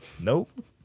Nope